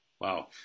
Wow